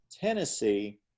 Tennessee